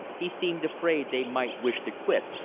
he seemed afraid they might wish to quit,